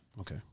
Okay